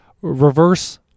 reverse